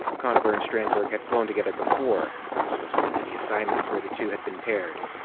conover and stranberg had flown together before, this was one of many assignments where the two had been paired.